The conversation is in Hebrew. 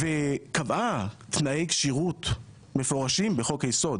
וקבעה תנאי כשירות מפורשים בחוק היסוד